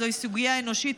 זוהי סוגיה אנושית,